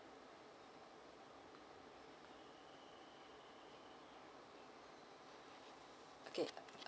okay